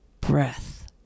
breath